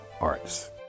Arts